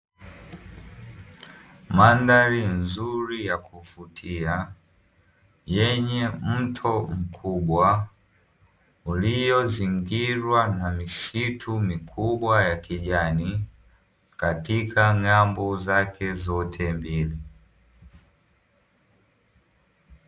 Mandhari nzuri ya kuvutia yenye mto mkubwa uliozingirwa na misitu mikubwa ya kijani katika ng'ambo zake zote mbili.